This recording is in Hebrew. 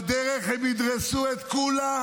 בדרך, הם ידרסו את כולם.